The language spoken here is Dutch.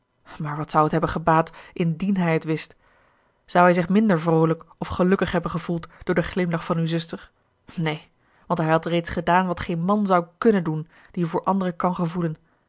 maar wat zou het hebben gebaat indien hij het wist zou hij zich minder vroolijk of gelukkig hebben gevoeld door den glimlach van uw zuster neen want hij had reeds gedaan wat geen man zou kunnen doen die voor anderen kan gevoelen